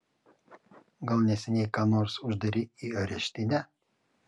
gal neseniai ką nors uždarei į areštinę